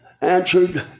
answered